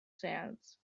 sands